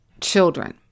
children